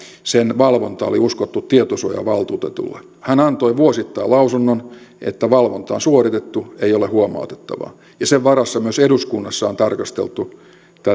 sen valvonta oli uskottu tietosuojavaltuutetulle hän antoi vuosittain lausunnon että valvonta on suoritettu ei ole huomautettavaa ja sen varassa myös eduskunnassa on tarkasteltu